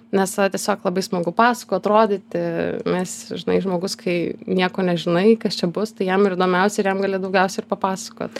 nes va tiesiog labai smagu pasakot rodyti nes žinai žmogus kai nieko nežinai kas čia bus tai jam ir įdomiausia ir jam gali daugiausiai ir papasakot